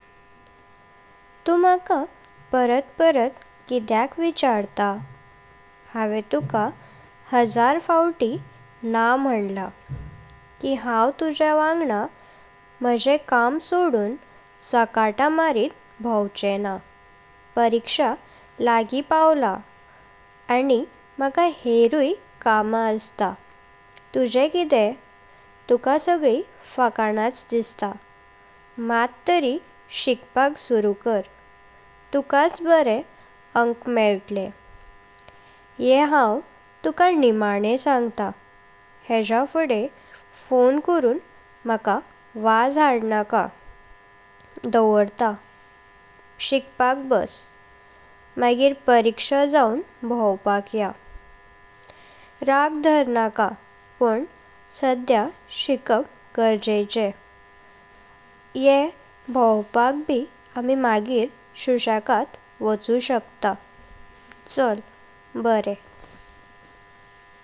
तू मुका परात परात किद्याक विचर्टा? हांव तुका हजार फवति ना म्हनला कि हांव तुजेवंगडा माझे काम सोडून चकता मारित भोंवचे ना परीक्शा लागी पावलां आणी म्हाका हेरुई कामा अस्तां। तुजे किदे? तुका सगली फकानाच दिसता, मात तरी शिकपाक सुरू कर तुका च बारें अंक मेव्तले। ये हांव तुका निमाणे संगता हेजा फुडें फोन करून म्हाका वाज हांडनाका। दावरता शिकपाक बस मगर परीक्शा जाऊन भोंवपाक या। राग धारनाका पण सध्यां शिकप गरजेचें ये भोंवपाक ब आमि मागीर सुशेगात वाचूं शकतां चल बारें।